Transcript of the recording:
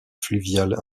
fluviale